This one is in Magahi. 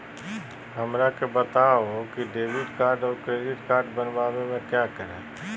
हमरा के बताओ की डेबिट कार्ड और क्रेडिट कार्ड बनवाने में क्या करें?